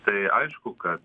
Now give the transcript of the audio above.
tai aišku kad